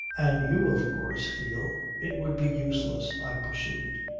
and you of course feel it would be useless, i pursued.